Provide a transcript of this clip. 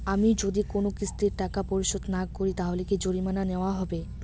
আমি যদি কোন কিস্তির টাকা পরিশোধ না করি তাহলে কি জরিমানা নেওয়া হবে?